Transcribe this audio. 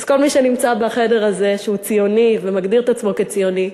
אז כל מי שנמצא בחדר הזה שהוא ציוני ומגדיר את עצמו כציוני,